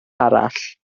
arall